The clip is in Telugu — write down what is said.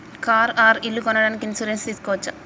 కారు ఆర్ ఇల్లు కొనడానికి ఇన్సూరెన్స్ తీస్కోవచ్చా?